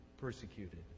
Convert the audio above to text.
persecuted